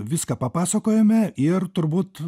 viską papasakojome ir turbūt